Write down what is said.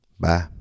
Bye